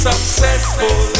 Successful